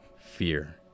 fear